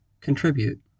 contribute